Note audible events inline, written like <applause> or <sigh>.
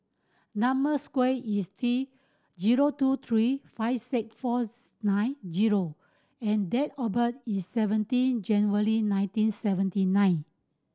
number square is T zero two three five six four <unintelligible> nine zero and date of birth is seventeen January nineteen seventy nine